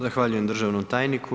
Zahvaljujem državnom tajniku.